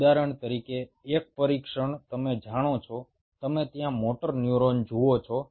ઉદાહરણ તરીકે એક પરીક્ષણ તમે જાણો છો તમે ત્યાં મોટર ન્યુરોન જુઓ છો